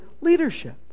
leadership